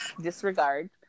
disregard